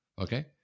Okay